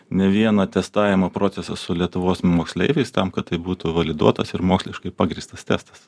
ne vieną testavimo procesą su lietuvos moksleiviais tam kad tai būtų validuotas ir moksliškai pagrįstas testas